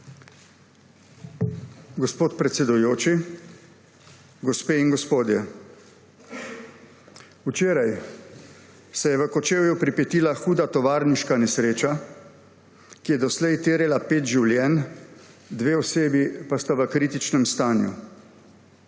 Gospod predsedujoči, gospe in gospodje! Včeraj se je v Kočevju pripetila huda tovarniška nesreča, ki je doslej terjala pet življenj, dve osebi pa sta v kritičnem stanju.